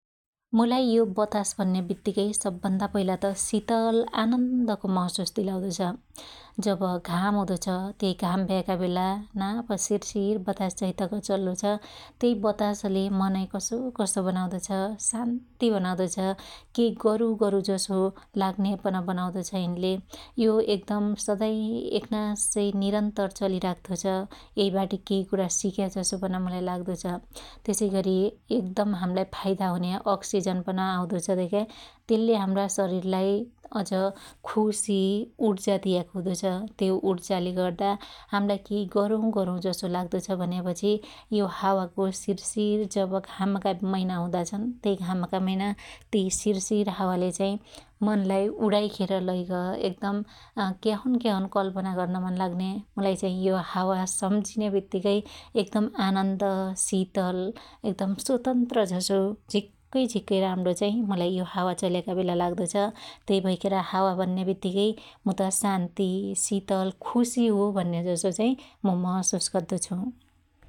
मुलाई यो बतास भन्या बित्तीकै सबभन्दा पहिला त सितल आनन्दको महशुस दिलाउदोछ । जब घाम हुदो छ त्यै घाम भयाका बेला नाप सिरसिर बतास जैतक चल्लो छ त्यै बतासले मनै कसो कसो बनाउदो छ, शान्ति बनाउदो छ । केइ गरुगरु जसो लाग्न्या पन बनाउदो छ यिनले । यो एकदम सदै एकनास्सै निरन्तर चलिराख्तो छ । यैबाटी केइ कुणा सिक्या जसो पन मुलाइ लाग्दो छ । त्यसैगरी एकदम हाम्लाई फाइदा हुन्या अक्सिजन पन आउदो छ देख्या । त्यल्ले हाम्रा शरिललाई अझ खुशी उर्जा दियाको हुदो छ । त्यो उर्जाले गर्दा हाम्लाई केइ गरुगरु जस्तो लाग्दो छ भन्यापछी यो हावाको सिरसिर जब घामका मैना हुदा छन त्यइ घामका मैना त्यइ सिरसिर हावाले चाइ मनलाई उडाइखेर लैग एकदम अक्याहुन क्याहुन कल्पना गर्न मन लाग्न्या मुलाई चाइ यो हावा सम्झिन्या बित्तीकै एकदम आनन्द सितल एकदम स्वतन्त्र झसो झिक्कै झिक्कै राम्णो चाइ मुलाई यो हावा चल्याका बेला लाग्दो छ । त्यैभैखेर हावा भन्या बित्तीकै मुत शान्ति सितल खुशी हो भन्या जसो चाइ मु महसुस गद्दो छु ।